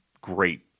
great